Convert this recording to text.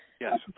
Yes